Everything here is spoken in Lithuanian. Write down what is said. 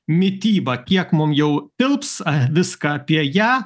mityba kiek mums jau tilps aa viską apie ją